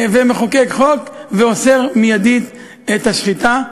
מחוקק חוק ואוסר מייד את השחיטה.